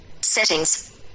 settings